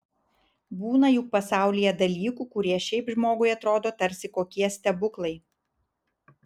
būna juk pasaulyje dalykų kurie šiaip žmogui atrodo tarsi kokie stebuklai